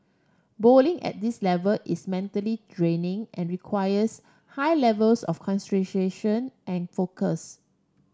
bowling at this level is mentally draining and requires high levels of concentration and focus